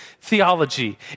theology